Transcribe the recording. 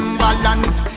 balance